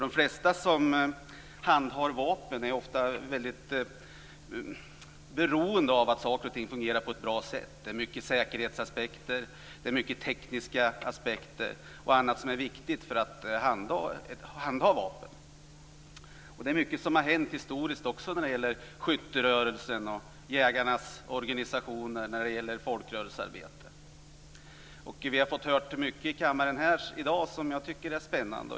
De flesta som handhar vapen är ofta väldigt beroende av att saker och ting fungerar på ett bra sätt. Det är många säkerhetsaspekter. Det är många tekniska aspekter och annat som är viktigt när det gäller att handha vapen. Mycket har också hänt historiskt när det gäller skytterörelsen, jägarnas organisationer och folkrörelsearbetet. Vi har i dag fått höra mycket i kammaren som jag tycker är spännande.